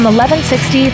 1160